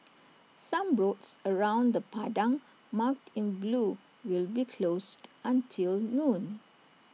some roads around the Padang marked in blue will be closed until noon